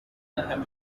حقیقت